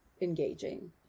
engaging